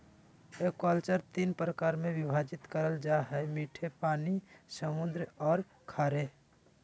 aquaculture तीन प्रकार में विभाजित करल जा हइ मीठे पानी, समुद्री औरो खारे